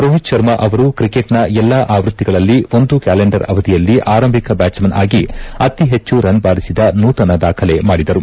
ರೋಹಿತ್ ಶರ್ಮಾ ಅವರು ಕ್ರಿಕೆಟ್ನ ಎಲ್ಲಾ ಆವೃತ್ತಿಗಳಲ್ಲಿ ಒಂದು ಕ್ಯಾಲೆಂಡರ್ ಅವಧಿಯಲ್ಲಿ ಆರಂಭಿಕ ಬ್ಯಾಟ್ಸ್ಮನ್ ಆಗಿ ಅತಿ ಹೆಚ್ಚು ರನ್ ಬಾರಿಸಿದ ನೂತನ ದಾಖಲೆ ಮಾಡಿದರು